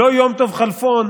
לא יום טוב כלפון,